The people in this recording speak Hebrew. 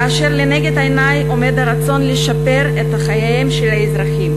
כאשר לנגד עיני עומד הרצון לשפר את חייהם של האזרחים,